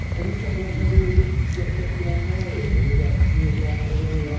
i just started watching a really good documentarian, who's like, views life in really.